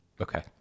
Okay